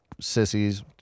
sissies